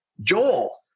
Joel